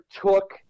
took